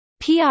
PR